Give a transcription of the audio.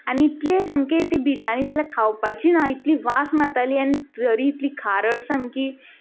आनी इतलें सामकें ती बिर्याणी जाल्यार खावपाची ना इतली वास मारताली आनी इतली खारट सामकी